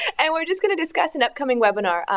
and we're just going to discuss an upcoming webinar.